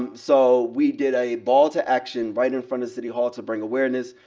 um so we did a ball to action right in front of city hall to bring awareness,